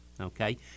okay